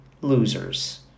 losers